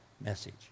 message